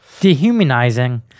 dehumanizing